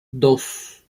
dos